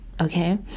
Okay